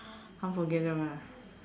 unforgettable